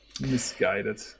misguided